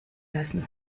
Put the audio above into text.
lassen